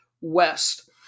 West